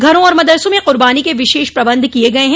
घरों और मदरसों में कुर्बानी के विशेष प्रबंध किये गये हैं